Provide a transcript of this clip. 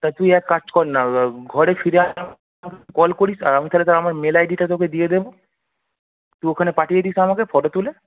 তা তুই এক কাজ কননা ঘরে ফিরে আসার পর কল করিস আর আমি তাহলে তোকে আমার মেল আই ডিটা তোকে দিয়ে দেবো তুই ওখানে পাঠিয়ে দিস আমাকে ফটো তুলে